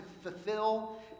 fulfill